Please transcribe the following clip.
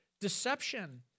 deception